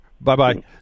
Bye-bye